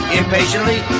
impatiently